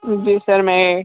जी sir मैं